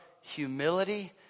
humility